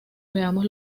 veamos